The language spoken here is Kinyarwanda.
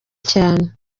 cyane